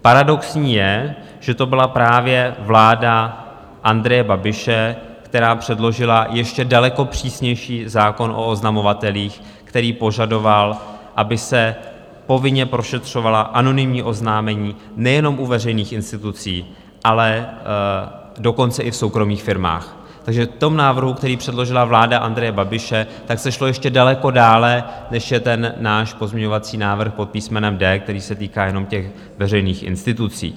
Paradoxní je, že to byla právě vláda Andreje Babiše, která předložila ještě daleko přísnější zákon o oznamovatelích, který požadoval, aby se povinně prošetřovala anonymní oznámení nejenom u veřejných institucí, ale dokonce i v soukromých firmách, takže v tom návrhu, který předložila vláda Andreje Babiše, se šlo ještě daleko dále, než je ten náš pozměňovací návrh pod písmenem D, který se týká jenom veřejných institucí.